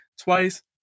Twice